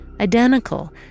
identical